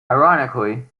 ironically